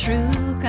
True